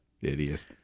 Idiot